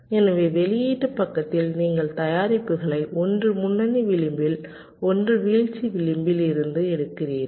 எனவேவெளியீட்டு பக்கத்தில் நீங்கள் தயாரிப்புகளை ஒன்று முன்னணி விளிம்பில் ஒன்று வீழ்ச்சி விளிம்பிலிருந்து எடுக்கிறீர்கள்